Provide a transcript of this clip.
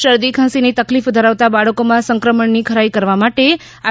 શરદી ખાંસીની તકલીફ ધરાવતા બાળકોમાં સંક્રમણની ખરાઈ કરવા માટે આર